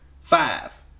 Five